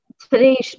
today